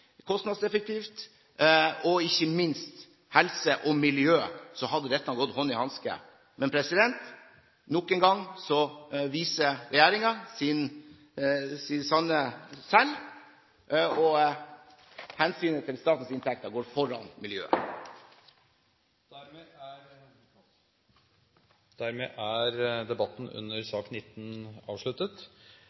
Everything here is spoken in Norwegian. kostnadseffektivt og ikke minst helse- og miljømessig hadde dette gått hånd i hanske, men nok en gang viser regjeringen sitt sanne jeg, og hensynet til statens inntekter går foran miljøet. Flere har ikke bedt om ordet til sak nr. 19.